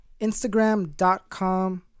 Instagram.com